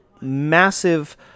massive